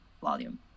volume